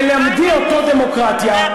תלמדי אותו דמוקרטיה.